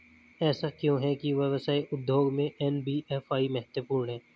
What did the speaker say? ऐसा क्यों है कि व्यवसाय उद्योग में एन.बी.एफ.आई महत्वपूर्ण है?